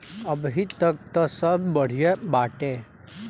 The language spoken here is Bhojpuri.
अबहीं तक त सब बढ़िया बाटे